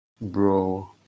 Bro